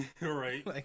Right